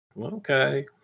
Okay